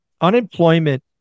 Unemployment